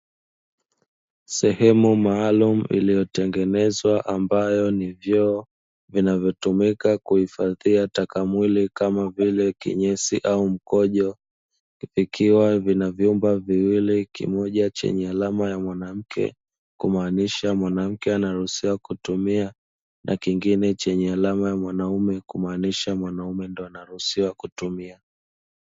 Sehemu maalumu iliyotengenezwa ambayo ni vyoo vinavyotumika kuhifadhia takamwili kama vile kinyesi au mkojo; ikiwa vina vyumba viwili kimoja chenye alama ya mwanamke kumaanisha mwanamke anaruhusiwa kutumia, na kingine chenye alama ya mwanamume kumaanisha mwanaume ndio anaruhusiwa kutumia.